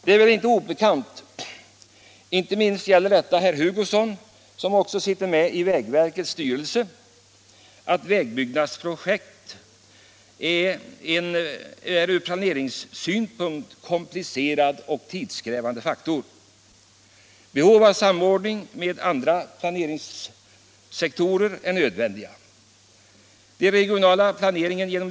Det är väl inte obekant — minst av allt för herr Hugosson som sitter med i vägverkets styrelse — att vägbyggnadsprojekt är ur planeringssynpunkt komplicerade och tidskrävande. Samordning med andra planeringssektorer är nödvändig.